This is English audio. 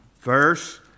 verse